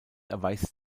erweist